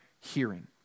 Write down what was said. hearing